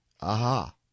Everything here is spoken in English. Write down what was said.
aha